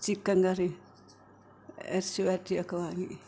chicken കറിയും എറച്ചി വരട്ടിയതൊക്കെ വാങ്ങി